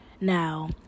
now